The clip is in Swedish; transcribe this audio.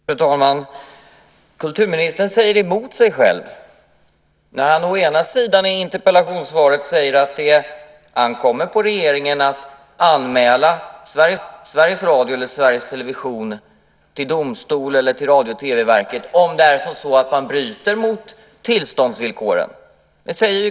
Fru talman! Kulturministern säger emot sig själv. I interpellationssvaret säger han att det ankommer på regeringen att anmäla Sveriges Radio eller Sveriges Television till domstol eller till Radio och TV-verket om man bryter mot tillståndsvillkoren.